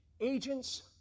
Agents